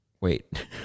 Wait